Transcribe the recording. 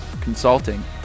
consulting